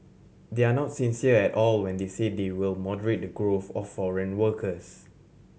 they are not sincere at all when they say they will moderate the growth of foreign workers